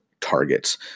Targets